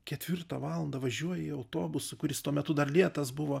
ketvirtą valandą važiuoji autobusu kuris tuo metu dar lėtas buvo